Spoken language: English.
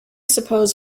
suppose